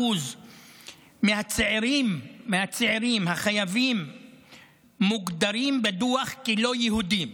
מהצעירים החייבים מוגדרים בדוח כלא יהודים,